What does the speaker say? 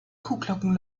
kuhglocken